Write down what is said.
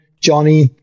Johnny